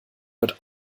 wird